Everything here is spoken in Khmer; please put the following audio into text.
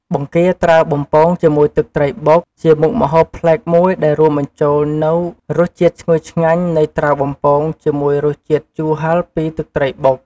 បង្គាត្រាវបំពងជាមួយទឹកត្រីបុក ជាមុខម្ហូបប្លែកមួយដែលរួមបញ្ចូលនូវរសជាតិឈ្ងុយឆ្ងាញ់នៃត្រាវបំពង ជាមួយរសជាតិជូរហឹរពីទឹកត្រីបុក។